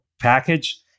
package